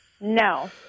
No